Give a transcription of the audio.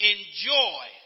Enjoy